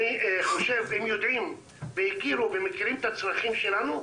אני חושב שהם מכירים את הצריכים שלנו.